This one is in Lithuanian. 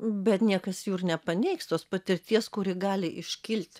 bet niekas jų ir nepaneigs tos patirties kuri gali iškilti